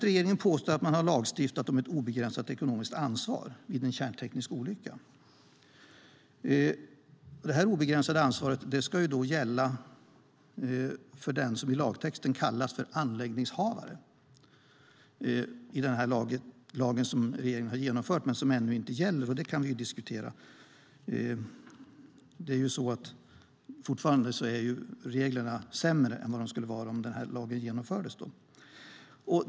Regeringen påstår att man har lagstiftat om ett obegränsat ekonomiskt ansvar vid en kärnteknisk olycka. Det obegränsade ansvaret ska gälla för den som kallas för anläggningshavaren i lagtexten till den lag som ännu inte gäller. Det kan vi diskutera. Fortfarande är reglerna sämre än de skulle vara om regeringen genomförde den här lagen.